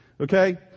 Okay